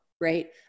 right